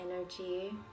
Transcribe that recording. energy